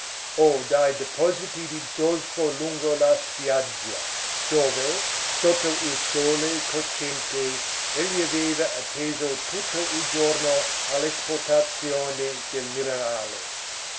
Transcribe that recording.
o dai depositi di zolfo lungo la spiaggia dove sotto il sole cocente egli aveva atteso tutto il giorno all'esportazione del minerale